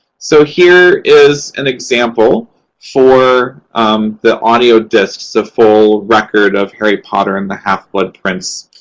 so, here is an example for um the audio discs, the full record of harry potter and the half-blood prince.